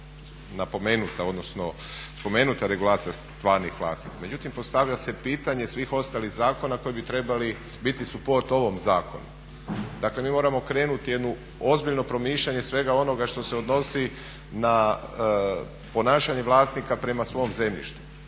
napomenuta odnosno spomenuta regulacija stvarnih vlasnika, međutim postavlja se pitanje svih ostalih zakona koji bi trebali biti suport ovom zakonu, dakle mi moramo krenut u ozbiljno promišljanje svega onoga što se odnosi na ponašanje vlasnika prema svom zemljištu